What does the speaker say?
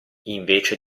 invece